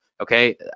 okay